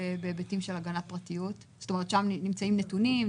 שם נמצאים נתונים.